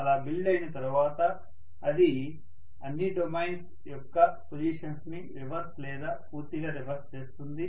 అలా బిల్డ్ అయిన తర్వాత అది అన్ని డొమైన్స్ యొక్క పొజిషన్స్ ని రివర్స్ లేదా పూర్తిగా రివర్స్ చేస్తుంది